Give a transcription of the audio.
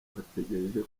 bategereje